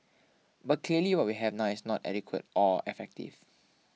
but clearly what we have now is not adequate or effective